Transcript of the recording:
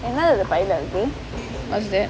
என்னது அந்த பையில இருக்கு:ennathu antha paiyila irukku oh is it